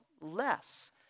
less